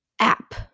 app